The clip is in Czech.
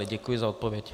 Děkuji za odpověď.